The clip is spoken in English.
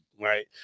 right